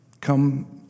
come